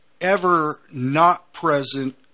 ever-not-present